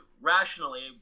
Rationally